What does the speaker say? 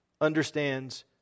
understands